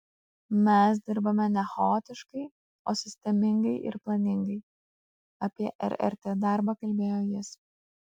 mes dirbame ne chaotiškai o sistemingai ir planingai apie rrt darbą kalbėjo jis